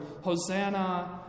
Hosanna